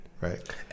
Right